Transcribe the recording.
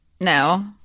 no